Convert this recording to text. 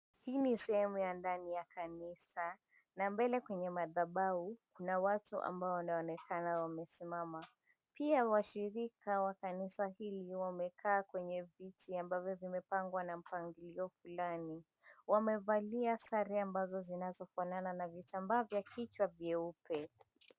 Hii ni sehemu ya ndani ya kanisa na mbele kwenye madhabahu kuna watu ambao wanaoonekana wamesimama. Pia washirika wa kanisa hili wamekaa kweny eviti ambavyo vimepangwa na mpangilio fulani. Wamevalia sare ambazo zinazofanana na vitambaa vya kichwa vyeupe.